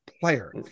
player